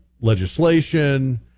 legislation